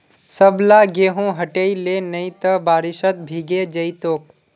सबला गेहूं हटई ले नइ त बारिशत भीगे जई तोक